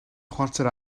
chwarter